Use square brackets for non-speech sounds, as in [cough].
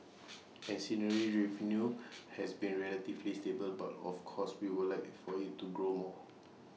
[noise] ancillary revenue has been relatively stable but of course we would like for IT to grow more